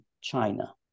China